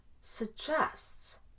suggests